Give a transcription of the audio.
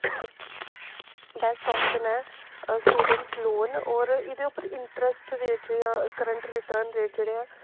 best option ऐ students loan होर इ'दे उप्पर इंटरस्ट रेट जां करंट रेट जेह्डे़ ऐ